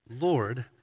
Lord